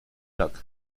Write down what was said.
luck